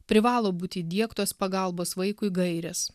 privalo būti įdiegtos pagalbos vaikui gairės